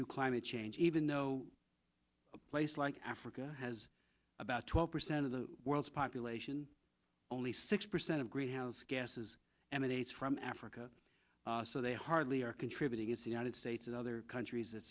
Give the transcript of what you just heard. to climate change even though a place like africa has about twelve percent of the world's population only six percent of greenhouse gases emanates from africa so they hardly are contributing it's the united states and other countries that